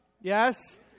Yes